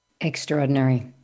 Extraordinary